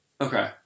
Okay